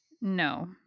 No